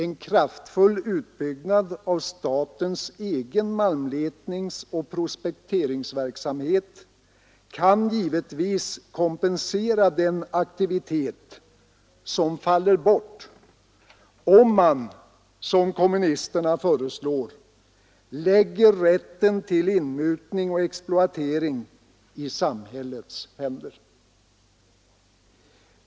En kraftfull utbyggnad av statens egen malmletningsoch prospekteringsverksamhet kan givetvis kompensera den aktivitet som faller bort om man, som kommunisterna föreslår, lägger rätten till inmutning och exploatering i samhällets händer.